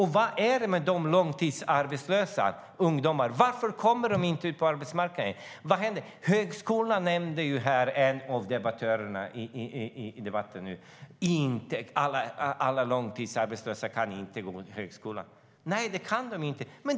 Vad är det med de långtidsarbetslösa ungdomarna? Varför kommer de inte ut på arbetsmarknaden? En av debattörerna här nämnde högskolan och sade att alla långtidsarbetslösa inte kan gå i högskola. Nej, det kan de inte.